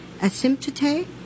Asymptote